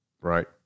right